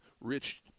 rich